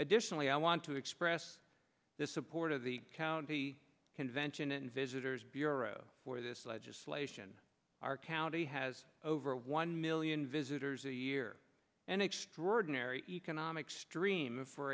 additionally i want to express the support of the county convention and visitor's bureau for this legislation our county has over one million visitors a year and extraordinary economic stream